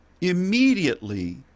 immediately